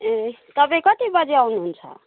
ए तपाईँ कति बजी आउनुहुन्छ